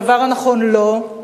הדבר הנכון לו,